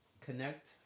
connect